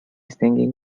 singing